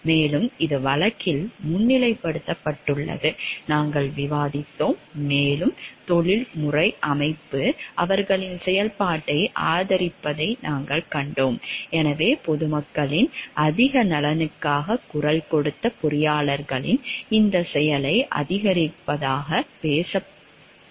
மேலும் இது வழக்கில் முன்னிலைப்படுத்தப்பட்டுள்ளது நாங்கள் விவாதித்தோம் மேலும் தொழில்முறை அமைப்பு அவர்களின் செயல்பாட்டை ஆதரிப்பதை நாங்கள் கண்டோம்